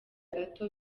gato